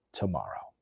tomorrow